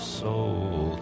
soul